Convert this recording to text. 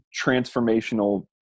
transformational